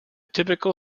typical